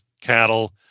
cattle